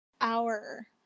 hour